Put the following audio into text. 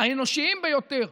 האנושיים ביותר.